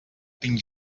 tinc